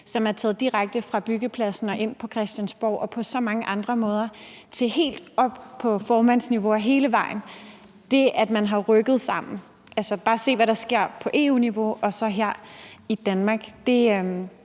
som er taget direkte fra byggepladsen og ind på Christiansborg og på så mange andre måder, og hele vejen op på formandsniveau. Man har rykket sammen. Se bare, hvad der sker på EU-niveau og så her i Danmark.